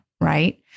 right